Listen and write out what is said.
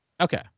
Okay